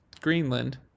Greenland